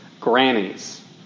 grannies